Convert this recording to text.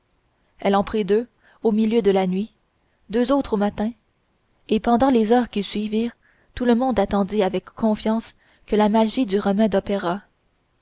elle en prit deux au milieu de la nuit deux autres au matin et pendant les heures qui suivirent tout le inonde attendit avec confiance que la magie du